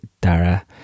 Dara